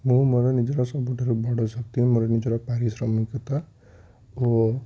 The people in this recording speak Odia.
ମୁଁ ମୋ ନିଜର ସବୁଠୁ ବଡ଼ ଶକ୍ତି ମୋ ନିଜର ପାରିଶ୍ରମିକତା ଓ